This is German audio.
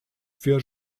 für